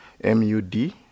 M-U-D